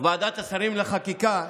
ועדת השרים לחקיקה,